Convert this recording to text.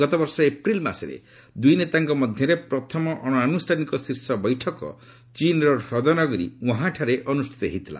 ଗତବର୍ଷ ଏପ୍ରିଲ ମାସରେ ଦୁଇନେତାଙ୍କ ମଧ୍ୟରେ ପ୍ରଥମ ଅଣଆନୁଷ୍ଠାନିକ ଶୀଷ ବୈଠକ ଚୀନ୍ର ହ୍ରଦନଗରୀ ଓ୍ୱହାଁଠାରେ ଅନୁଷ୍ଠିତ ହୋଇଥିଲା